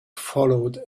followed